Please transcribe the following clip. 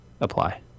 apply